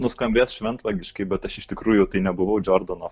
nuskambės šventvagiškai bet aš iš tikrųjų tai nebuvau džordano